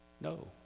no